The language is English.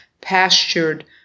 pastured